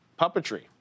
puppetry